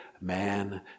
man